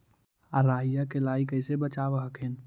राईया के लाहि कैसे बचाब हखिन?